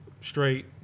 straight